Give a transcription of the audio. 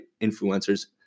influencers